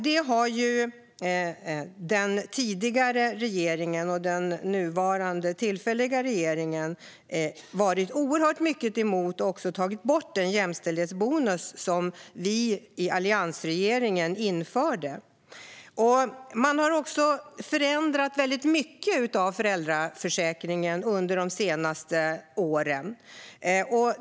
Detta har den förra regeringen och den nuvarande, tillfälliga regeringen varit emot oerhört mycket. Man tog bort den jämställdhetsbonus som alliansregeringen införde. Regeringen har förändrat väldigt mycket i föräldraförsäkringen under de senaste åren.